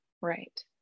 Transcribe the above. Right